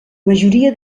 majoria